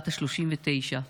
בת 39,